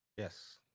yes.